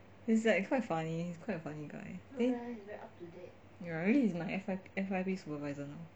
he's like quite funny quite funny guy then you are really he's like my F_Y_P supervisor now